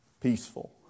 peaceful